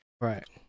Right